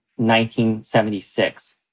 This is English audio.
1976